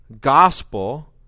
gospel